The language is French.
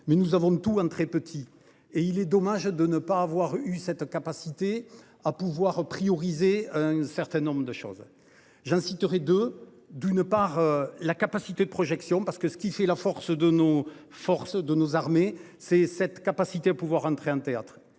mais nous avons tous un très petit et il est dommage de ne pas avoir eu cette capacité à pouvoir prioriser un certain nombre de choses j'insisterai de, d'une part, la capacité de projection parce que ce qui fait la force de nos forces de nos armées, c'est cette capacité à pouvoir rentrer un théâtre